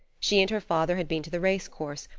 she and her father had been to the race course,